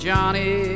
Johnny